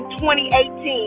2018